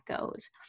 goes